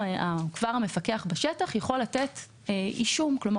המפקח בשטח יכול לתת הודעה,